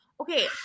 Okay